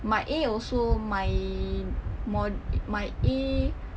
my A also my mod~ my A